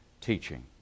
Teaching